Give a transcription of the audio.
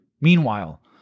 Meanwhile